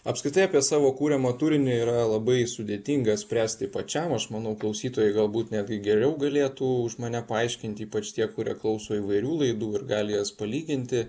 apskritai apie savo kuriamą turinį yra labai sudėtinga spręsti pačiam aš manau klausytojai galbūt netgi geriau galėtų už mane paaiškinti ypač tie kurie klauso įvairių laidų ir gali jas palyginti